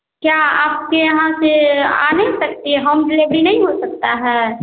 क्या आपके यहाँ से आ नहीं सकती होम डिलेभरी नहीं हो सकता है